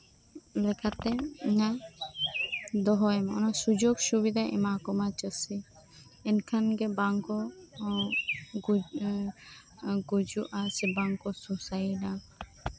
ᱞᱮᱠᱟᱛᱮ ᱤᱧᱟ ᱝ ᱫᱚᱦᱚᱭ ᱢᱟ ᱚᱱᱟ ᱥᱩᱡᱳᱜ ᱥᱩᱵᱤᱫᱷᱟ ᱮᱢᱟ ᱠᱚᱢᱟ ᱪᱟᱹᱥᱤ ᱮᱱᱠᱷᱟᱱ ᱜᱮ ᱵᱟᱝᱠᱚ ᱜᱩᱡᱩᱜᱼᱟ ᱥᱮ ᱵᱟᱝ ᱠᱚ ᱥᱩᱭᱥᱟᱭᱤᱰᱼᱟ